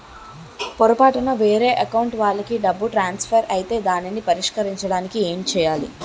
పొరపాటున వేరే అకౌంట్ వాలికి డబ్బు ట్రాన్సఫర్ ఐతే దానిని పరిష్కరించడానికి ఏంటి చేయాలి?